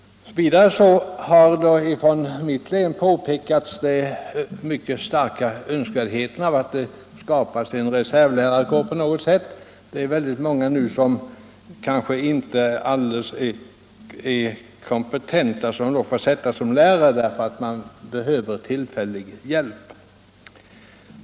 Vidare har från mitt län pekats på den mycket starka önskvärdheten av att det på något sätt skapas en reservlärarkår. Väldigt många som kanske inte är helt kompetenta får nu sättas in som lärare därför att man behöver tillfällig hjälp.